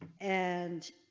and.